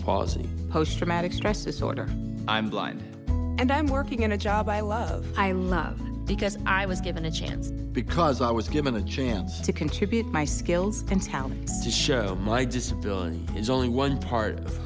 palsy post traumatic stress disorder i'm blind and i'm working in a job i love i love because i was given a chance because i was given the chance to contribute my skills and talents to show my disability is only one part of